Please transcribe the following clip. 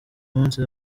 munsi